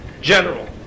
general